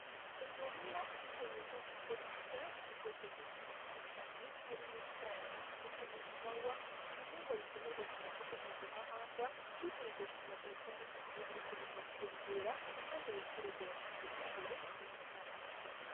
Umurima uteyemo ibyo kurya by'ubwoko bwinshi butandukanye, harimo icyayi ndetse n'ikawa, ibihingwa bigemurwa ku masoko Mpuzamahanga, bityo bigatuma ubukungu bw'igihugu bukomeza kwiyongera, kandi abaturage bakiteza imbere muri rusange.